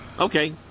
okay